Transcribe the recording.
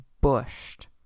bushed